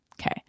Okay